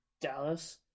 Dallas